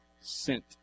Sent